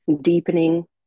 deepening